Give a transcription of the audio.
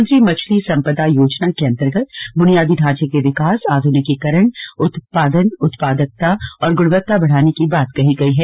प्रधानमंत्री मछली संपदा योजना के अंतर्गत बुनियादी ढांचे के विकास आधुनिकीकरण उत्पादन उत्पादकता और गुणवत्ता बढ़ाने की बात कही गई है